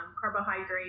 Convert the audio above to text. carbohydrates